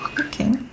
Okay